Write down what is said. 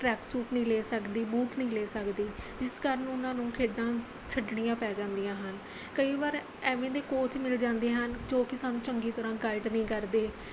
track suit ਨਹੀਂ ਲੈ ਸਕਦੀ ਬੂਟ ਨਹੀਂ ਲੈ ਸਕਦੀ ਜਿਸ ਕਾਰਨ ਉਹਨਾਂ ਨੂੰ ਖੇਡਾਂ ਛੱਡਣੀਆਂ ਪੈ ਜਾਂਦੀਆਂ ਹਨ ਕਈ ਵਾਰ ਐਵੇਂ ਦੇ ਕੋਚ ਮਿਲ ਜਾਂਦੇ ਹਨ ਜੋ ਕਿ ਸਾਨੂੰ ਚੰਗੀ ਤਰ੍ਹਾਂ ਗਾਈਡ ਨਹੀਂ ਕਰਦੇ